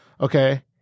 Okay